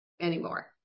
anymore